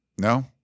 No